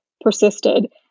persisted